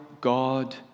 God